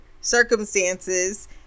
circumstances